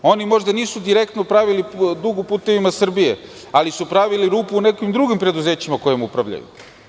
Oni možda nisu direktno pravili dug u "Putevima Srbije", ali su pravili rupu u nekim drugim preduzećima kojima upravljaju.